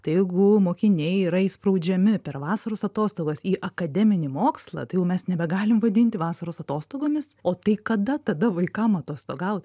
tai jeigu mokiniai yra įspraudžiami per vasaros atostogas į akademinį mokslą tai jau mes nebegalim vadinti vasaros atostogomis o tai kada tada vaikam atostogaut